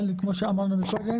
אבל כמו שאמרנו מקודם